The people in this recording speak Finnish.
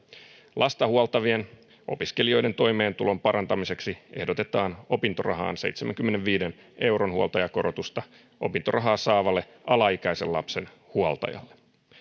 lasta huoltavien opiskelijoiden toimeentulon parantamiseksi ehdotetaan opintorahaan seitsemänkymmenenviiden euron huoltajakorotusta opintorahaa saavalle alaikäisen lapsen huoltajalle